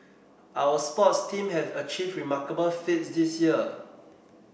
our sports teams have achieved remarkable feats this year